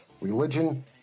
religion